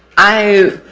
i